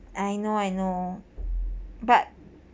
I know I know but